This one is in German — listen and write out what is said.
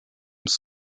dem